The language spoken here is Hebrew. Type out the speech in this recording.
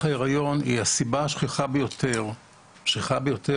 ההיריון היא הסיבה השכיחה ביותר לפגיעות